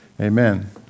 Amen